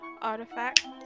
artifact